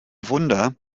wunder